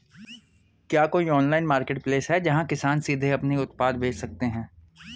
क्या कोई online marketplace है जहां किसान सीधे अपने उत्पाद बेच सकते हैं?